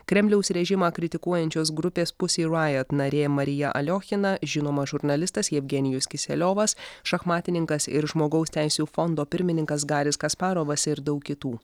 kremliaus režimą kritikuojančios grupės pusirajet narė marija aliochina žinomas žurnalistas jevgenijus kiseliovas šachmatininkas ir žmogaus teisių fondo pirmininkas garis kasparovas ir daug kitų